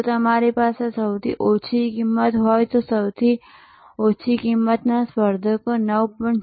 જો તમારી પાસે સૌથી ઓછી કિંમત હોય તો સૌથી ઓછી કિંમતના સ્પર્ધકો 9